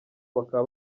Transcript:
bakaba